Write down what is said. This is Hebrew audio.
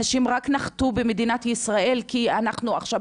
אנשים רק נחתו במדינת ישראל כי אנחנו עכשיו